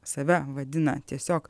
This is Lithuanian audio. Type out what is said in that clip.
save vadina tiesiog